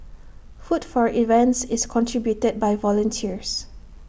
food for events is contributed by volunteers